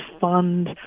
fund